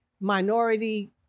minority